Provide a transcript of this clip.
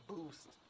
boost